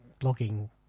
blogging